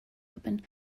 open